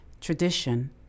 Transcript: tradition